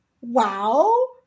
wow